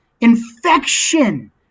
infection